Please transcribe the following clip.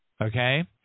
okay